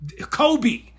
Kobe